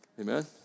Amen